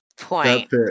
point